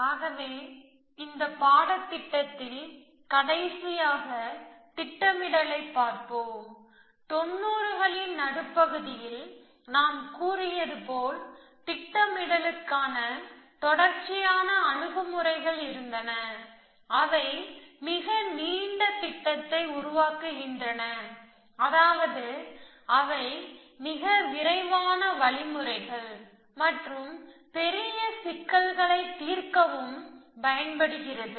ஆகவே இந்த பாடத்திட்டத்தில் கடைசியாக திட்டமிடலைப் பார்ப்போம் தொண்ணூறுகளின் நடுப்பகுதியில் நான் கூறியது போல் திட்டமிடலுக்கான தொடர்ச்சியான அணுகுமுறைகள் இருந்தன அவை மிக நீண்ட திட்டத்தை உருவாக்குகின்றன அதாவது அவை மிக விரைவான வழிமுறைகள் மற்றும் பெரிய சிக்கல்களை தீர்க்கவும் பயன்படுகிறது